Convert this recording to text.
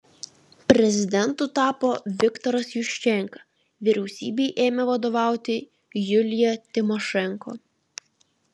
prezidentu tapo viktoras juščenka vyriausybei ėmė vadovauti julija timošenko